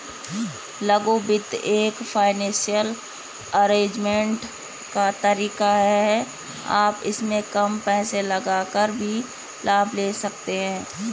लघु वित्त एक फाइनेंसियल अरेजमेंट का तरीका है आप इसमें कम पैसे लगाकर भी लाभ ले सकते हैं